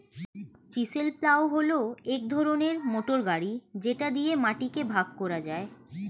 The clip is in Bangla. চিসেল প্লাউ হল এক ধরনের মোটর গাড়ি যেটা দিয়ে মাটিকে ভাগ করা যায়